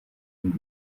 and